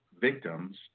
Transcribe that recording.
victims